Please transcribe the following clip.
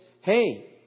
hey